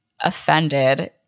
offended